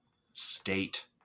state